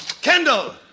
Kendall